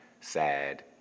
sad